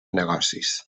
negocis